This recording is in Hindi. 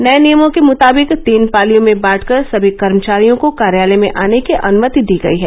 नये नियमों के मृताबिक तीन पालियों में बांटकर सभी कर्मचारियों को कार्यालय में आने की अनुमति दी गई है